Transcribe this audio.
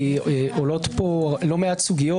כי עולות פה לא מעט סוגיות.